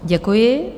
Děkuji.